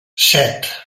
set